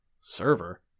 Server